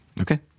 Okay